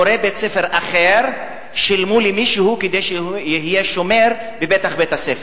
מורי בית-ספר אחר שילמו למישהו כדי שהוא יהיה שומר בפתח בית-הספר.